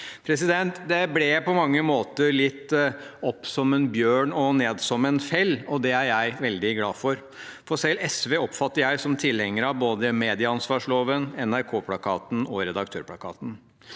Contest. Det ble på mange måter litt opp som en bjørn og ned som en skinnfell, og det er jeg veldig glad for, for selv SV oppfatter jeg som tilhenger av både medieansvarsloven, NRK-plakaten og redaktørplakaten.